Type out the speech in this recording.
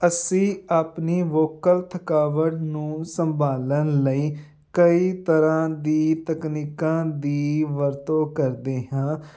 ਅਸੀਂ ਆਪਣੀ ਵੋਕਲ ਥਕਾਵਟ ਨੂੰ ਸੰਭਾਲਣ ਲਈ ਕਈ ਤਰ੍ਹਾਂ ਦੀ ਤਕਨੀਕਾਂ ਦੀ ਵਰਤੋਂ ਕਰਦੇ ਹਾਂ